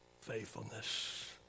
faithfulness